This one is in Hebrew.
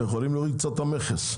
יכולים להוריד קצת את המכס.